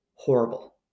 Horrible